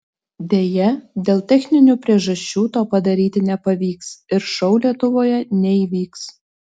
deja dėl techninių priežasčių to padaryti nepavyks ir šou lietuvoje neįvyks